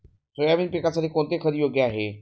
Soybean पिकासाठी कोणते खत योग्य आहे?